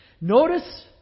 Notice